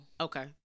Okay